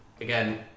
Again